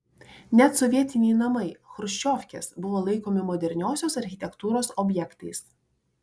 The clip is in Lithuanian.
net sovietiniai namai chruščiovkės buvo laikomi moderniosios architektūros objektais